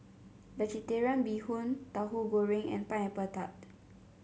vegetarian Bee Hoon Tauhu Goreng and Pineapple Tart